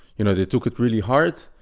you know, they took it really hard,